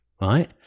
right